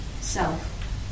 self